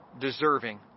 deserving